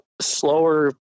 slower